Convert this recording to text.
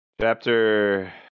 Chapter